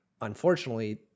unfortunately